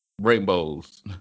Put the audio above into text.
Rainbows